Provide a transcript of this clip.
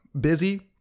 busy